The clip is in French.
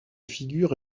figures